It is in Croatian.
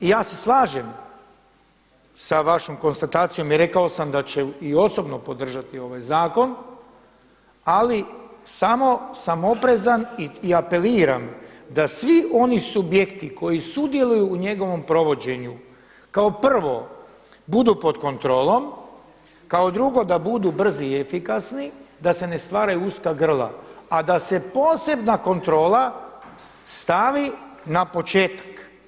I ja se slažem sa vašom konstatacijom i rekao sam da ću i osobno podržati ovaj zakon, ali samo sam oprezan i apeliram da svi oni subjekti koji sudjeluju u njegovom provođenju kao prvo, budu pod kontrolom, kao drugo, da budu brzi i efikasni da se ne stvaraju uska grla, a da se posebna kontrola stavi na početak.